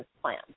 plan